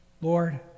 Lord